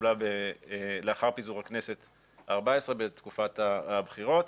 התקבלה לאחר פיזור הכנסת ה-14, בתקופת הבחירות,